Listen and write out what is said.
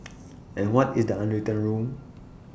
and what is the unwritten rule